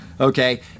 Okay